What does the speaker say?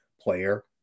player